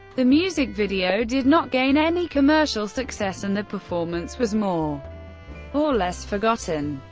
the music video did not gain any commercial success and the performance was more or less forgotten.